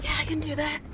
i can do that.